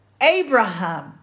Abraham